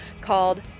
called